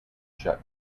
shut